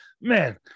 Man